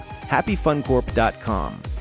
HappyFunCorp.com